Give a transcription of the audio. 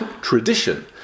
tradition